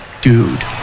Dude